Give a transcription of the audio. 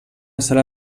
sala